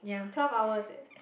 twelve hours eh